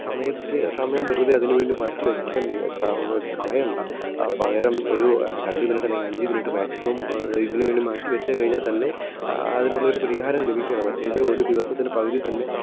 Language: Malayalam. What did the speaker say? സമയത്ത് സമയം വെറുതെ അതിന് വേണ്ടി മാറ്റി വെക്കാൻ കളയേണ്ട പകരം ഒരു രണ്ട് മിനിറ്റ് അല്ലെങ്കിൽ അഞ്ച് മിനിറ്റ് മാക്സിമം ഇതിനുവേണ്ടി മാറ്റിവെച്ച് കഴിഞ്ഞാൽത്തന്നെ അതിനുള്ളൊരു പരിഹാരം ലഭിക്കുകയാണ് മറ്റേത് ഒരു ദിവസത്തിന് പകുതി തന്നെ